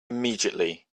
immediately